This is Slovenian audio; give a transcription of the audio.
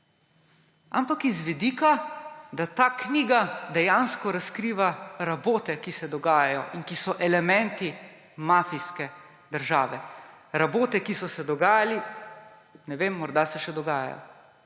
ampak z vidika, da ta knjiga dejansko razkriva rabote, ki se dogajajo in ki so elementi mafijske države. Rabote, ki so se dogajale, ne vem, morda se še dogajajo.